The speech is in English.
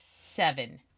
Seven